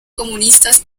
comunistas